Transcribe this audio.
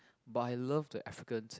but I love the African